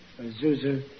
Azusa